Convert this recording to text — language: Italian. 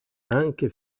anche